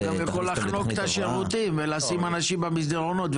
אתה יכול גם לחנוק את השירותים ולשים אנשים במסדרונות,